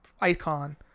icon